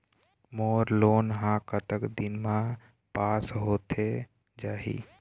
मोर loan हा कतक दिन मा पास होथे जाही?